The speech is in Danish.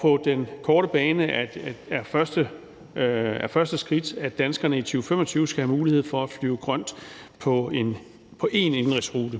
På den korte bane er første skridt, at danskerne i 2025 skal have mulighed for at flyve grønt på én indenrigsrute.